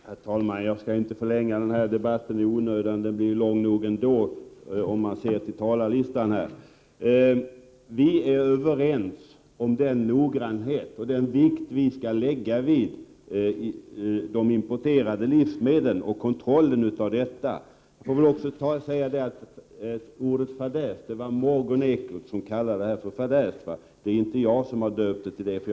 Herr talman! Jag skall inte förlänga den här debatten i onödan. Den blir lång nog ändå. Det ser vi av talarlistan. Vi är överens om noggrannheten och den vikt som vi skall lägga vid kontrollen av de importerade livsmedlen. Ordet fadäs var Morgonekots. Det var inte jag som döpte händelsen till detta.